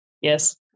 Yes